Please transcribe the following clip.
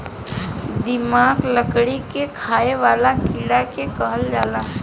दीमक, लकड़ी के खाए वाला कीड़ा के कहल जाला